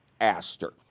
aster